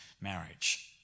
marriage